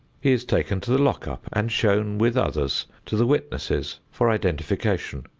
he is taken to the lock-up and shown with others to the witnesses for identification.